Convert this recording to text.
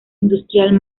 industrial